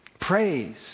praise